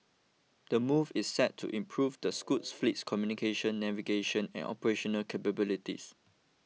the move is set to improve the Scoot fleet's communication navigation and operational capabilities